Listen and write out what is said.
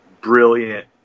brilliant